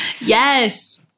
Yes